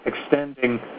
extending